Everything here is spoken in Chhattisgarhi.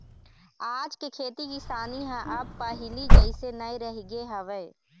आज के खेती किसानी ह अब पहिली जइसे नइ रहिगे हवय